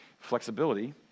Flexibility